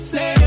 Say